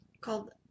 called